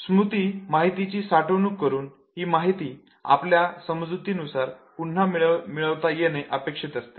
स्मृती मध्ये माहितीची साठवणूक करून ही माहिती आपल्या समज़ुतीनुसार पुन्हा मिळविता येणे अपेक्षित असते